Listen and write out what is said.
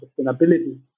sustainability